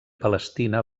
palestina